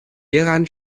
hieran